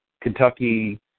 Kentucky